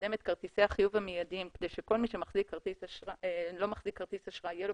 לקדם את כרטיסי החיוב המיידיים כדי שכל מי לא מחזיק כרטיס אשראי תהיה לו